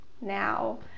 now